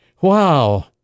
Wow